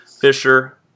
Fisher